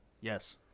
Yes